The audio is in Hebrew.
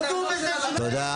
תודו בזה שטעיתם.